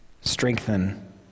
Strengthen